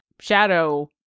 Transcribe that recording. Shadow